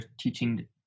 teaching